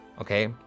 okay